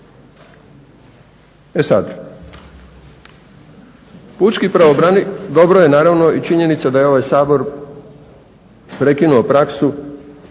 E sad, pučki pravobranitelj, dobro je naravno i činjenica da je ovaj Sabor prekinuo praksu